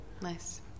Nice